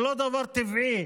זה לא דבר טבעי